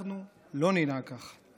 אנחנו לא ננהג כך.